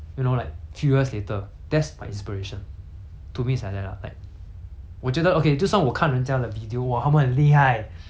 to me it's like that lah like 我觉得 okay 就算我看人家的 video !wah! 他们很厉害 then 我羡慕也没有用 mah 因为那个不是我